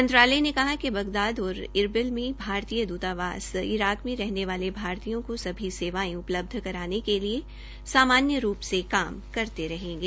मंत्रालय ने कहा कि बगदाद और इरबिल में भारतीय द्रतावास ईराक में रहने वाले भारतीय को सभी सेवायें उपलब्ध कराने के लिए सामान्य रूप् से कम करते रहेंगे